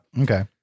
okay